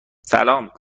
سلام